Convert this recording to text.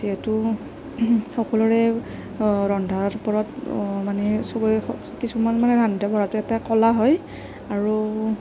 যিহেতু সকলোৰে ৰন্ধাৰ ওপৰত মানে সবৰে কিছুমান মানে ৰন্ধা বঢ়াটো এটা কলা হয় আৰু